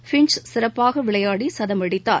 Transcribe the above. Finch சிறப்பாக விளையாடி சதம் அடித்தார்